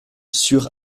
sur